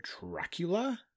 Dracula